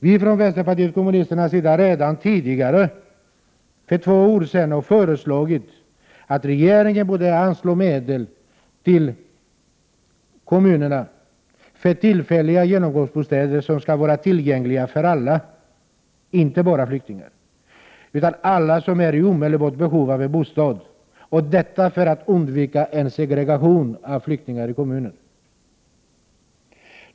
Vi från vänsterpartiet kommunisterna har redan tidigare, för två år sedan, föreslagit att regeringen skall anslå medel till kommunerna för tillfälliga genomgångsbostäder, som skall vara tillgängliga för alla, inte bara flyktingar, som är i omedelbart behov av en bostad — detta för att undvika en segregation av flyktingar i kommunen.